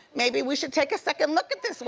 maybe we should take a second look at this.